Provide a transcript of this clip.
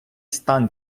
стан